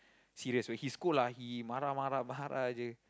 serious when he scold ah he marah marah marah je